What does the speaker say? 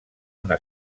una